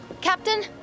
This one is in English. captain